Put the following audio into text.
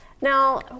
Now